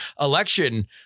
election